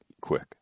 quick